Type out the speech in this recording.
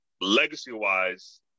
legacy-wise